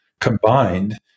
combined